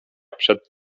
przed